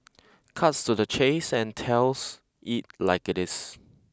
cuts to the chase and tells it like it is